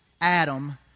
Adam